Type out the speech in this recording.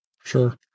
Sure